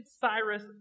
Cyrus